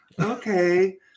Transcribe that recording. Okay